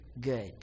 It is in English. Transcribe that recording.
good